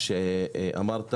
שאמרת